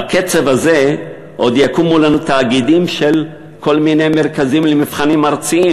בקצב הזה עוד יקומו לנו תאגידים של כל מיני מרכזים למבחנים ארציים.